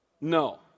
No